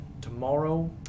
tomorrow